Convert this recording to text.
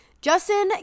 Justin